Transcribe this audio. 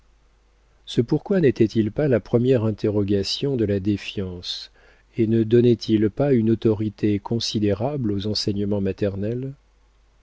ce pourquoi n'était-il pas la première interrogation de la défiance et ne donnait-il pas une autorité considérable aux enseignements maternels